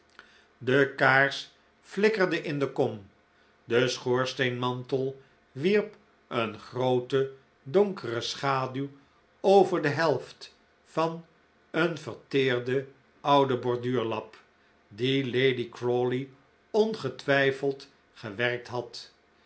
de kaars flikkerde in de kom de schoorsteenmantel wierp een groote donkere schaduw over de helft van een verteerden ouden borduurlap dien lady crawley ongetwijfeld gewerkt had